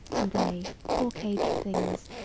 and they, poor caged things,